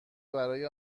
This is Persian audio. برای